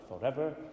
forever